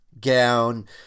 gown